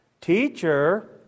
teacher